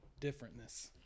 differentness